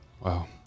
Wow